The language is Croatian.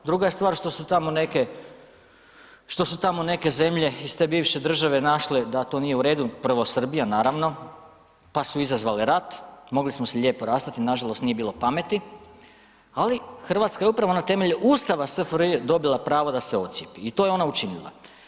Druga je stvar što su tamo neke, što su tamo neke zemlje iz te bivše države našle da to nije u redu, prvo Srbija, naravno, pa su izazvale rat, mogli smo se lijepo rastati, nažalost, nije bilo pameti, ali RH je upravo na temelju ustava SFRJ dobila pravo da se odcijepi i to je ona učinila.